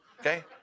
Okay